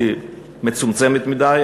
היא מצומצמת מדי.